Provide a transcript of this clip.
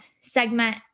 segment